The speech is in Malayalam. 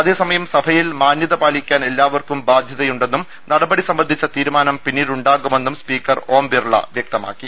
അതേ സമയം സഭയിൽ മാന്യത പാലിക്കാൻ എല്ലാവർക്കും ബാധ്യതയുണ്ടെന്നും നടപടി സംബന്ധിച്ച തീരുമാനം പിന്നീടുണ്ടാകുമെന്നും സ്പീക്കർ ഓം ബിർല വ്യക്തമാക്കി